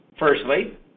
Firstly